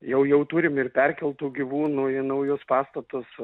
jau jau turim ir perkeltų gyvūnų į naujus pastatus